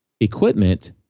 equipment